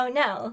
now